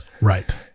Right